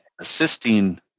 assisting